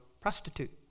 prostitute